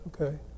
Okay